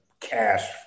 cash